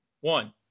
One